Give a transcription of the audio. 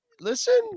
listen